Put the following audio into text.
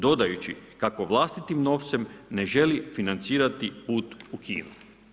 Dodajući kako vlastitim novcem ne želi financirati put u Kinu.